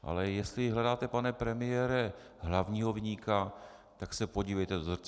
Ale jestli hledáte, pane premiére, hlavního viníka, tak se podívejte do zrcadla.